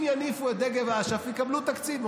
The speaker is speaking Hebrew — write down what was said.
אם יניפו את דגל אש"ף יקבלו תקציב,